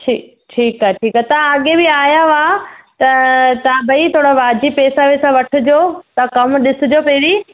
ठीकु ठीकु आहे ठीकु आहे तव्हां अॻे बि आया हुआ त तव्हां भई थोरा वाजिबु पैसा वैसा वठिजो तव्हां कमु ॾिसिजो पहिरीं